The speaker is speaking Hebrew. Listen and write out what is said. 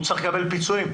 הוא צריך לקבל פיצויים.